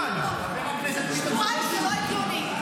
שבועיים זה לא הגיוני.